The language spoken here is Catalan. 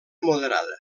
moderada